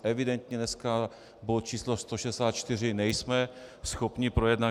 Evidentně dneska bod číslo 164 nejsme schopni projednat.